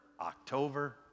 October